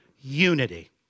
unity